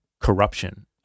corruption